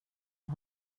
och